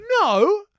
No